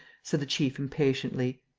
said the chief, impatiently,